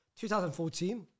2014